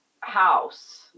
house